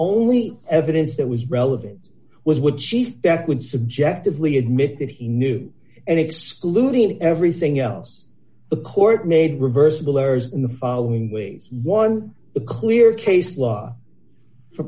only evidence that was relevant was what chief that would subjectively admit that he knew and excluding everything else the court made reversible errors in the following ways one a clear case law for